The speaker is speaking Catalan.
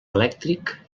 elèctric